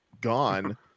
gone